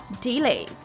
delay